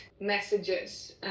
Messages